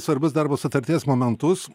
svarbius darbo sutarties momentus